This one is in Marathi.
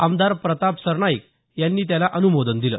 आमदार प्रताप सरनाईक यांनी त्याला अनुमोदन दिलं